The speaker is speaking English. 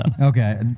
Okay